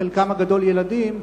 חלקם הגדול ילדים,